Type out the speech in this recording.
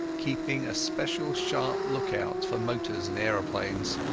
keeping a special sharp look-out for motors and aeroplanes.